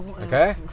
Okay